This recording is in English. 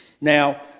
Now